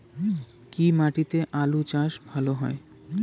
কি মাটিতে আলু চাষ ভালো হয়?